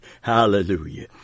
Hallelujah